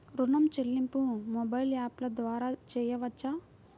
ఋణం చెల్లింపు మొబైల్ యాప్ల ద్వార చేయవచ్చా?